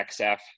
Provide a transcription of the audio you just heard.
XF